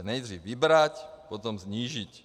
Nejdřív vybrat, potom snížit.